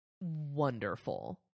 wonderful